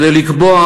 כדי לקבוע,